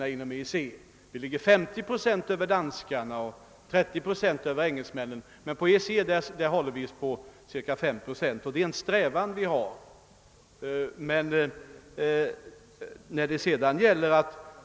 De svenska priserna ligger 50 procent över de danska, 30 procent över de engelska men när det gäller EEC är skillnaden ungefär 5 procent, en nivå som vi eftersträvar.